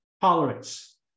tolerance